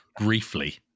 briefly